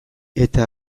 eta